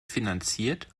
finanziert